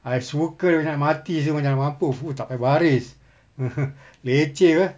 I suka dengan macam nak mati sebenarnya nak mampus !fuh! tak payah berbaris (uh huh) leceh apa